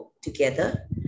Together